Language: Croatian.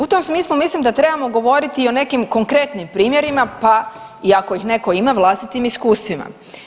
U tom smislu mislim da trebamo govoriti o nekim konkretnim primjerima pa i ako ih netko ima, vlastitim iskustvima.